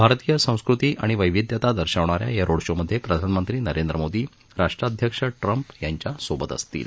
भारतीय संस्कृती आणि वैविद्यता दर्शवणाऱ्या या रोडशोमध्ये प्रधानमंत्री नरेंद्र मोदी राष्ट्राध्यक्ष ट्रम्प यांच्यासोबत असतील